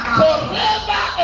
forever